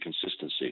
consistency